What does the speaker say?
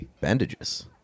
Bandages